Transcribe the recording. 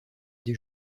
des